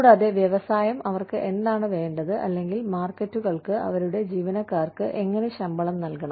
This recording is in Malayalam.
കൂടാതെ വ്യവസായം അവർക്ക് എന്താണ് വേണ്ടത് അല്ലെങ്കിൽ മാർക്കറ്റുകൾക്ക് അവരുടെ ജീവനക്കാർക്ക് എങ്ങനെ ശമ്പളം നൽകണം